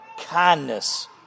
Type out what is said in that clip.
kindness